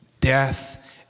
Death